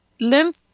lymph